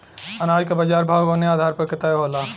अनाज क बाजार भाव कवने आधार पर तय होला?